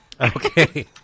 Okay